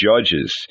judges